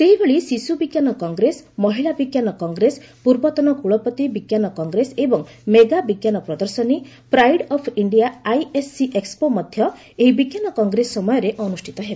ସେହିଭଳି ଶିଶୁ ବିଜ୍ଞାନ କଂଗ୍ରେସ ମହିଳା ବିଜ୍ଞାନ କଂଗ୍ରେସ ପୂର୍ବତନ କୁଳପତି ବିଜ୍ଞାନ କଂଗ୍ରେସ ଏବଂ ମେଗା ବିଜ୍ଞାନ ପ୍ରଦର୍ଶନୀ pride of India ISC expo ମଧ୍ୟ ଏହି ବିଜ୍ଞାନ କଂଗ୍ରେସ ସମୟରେ ଅନୁଷ୍ଠିତ ହେବ